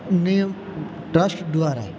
ની ટ્રસ્ટ દ્વારા